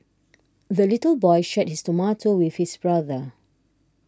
the little boy shared his tomato with his brother